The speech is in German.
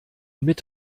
mit